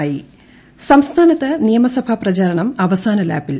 election സംസ്ഥാനത്ത് നിയമസഭാ പ്രചാരണം അവസാന ലാപ്പിൽ